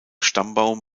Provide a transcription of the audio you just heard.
stammbaum